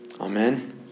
Amen